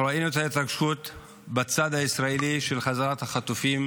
אנחנו ראינו את ההתרגשות בצד הישראלי בהחזרת החטופות,